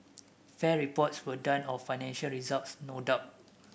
fair reports were done of financial results no doubt